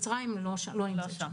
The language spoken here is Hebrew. מצרים לא נמצאת שם.